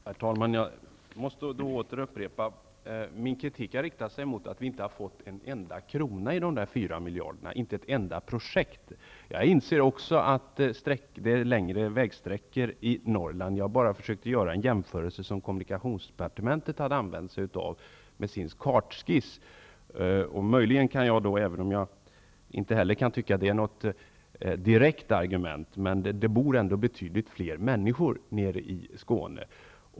Herr talman! Jag måste då åter fråga: Min kritik har riktats mot att vi inte har fått en enda krona av de fyra miljarderna, inte ett enda projekt. Jag inser också att det är längre vägsträckor i Norrland, och jag försökte bara göra en jämförelse som kommunikationsdepartementet hade använt med sin kartskiss. Även om jag inte tycker att det inte är något direkt argument, måste jag påpeka att det bor betydligt fler människor i Skåne.